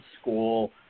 school